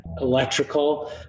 electrical